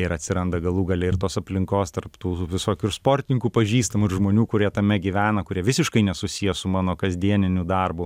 ir atsiranda galų gale ir tos aplinkos tarp tų visokių ir sportininkų pažįstamų ir žmonių kurie tame gyvena kurie visiškai nesusiję su mano kasdieniniu darbu